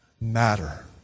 matter